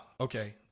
Okay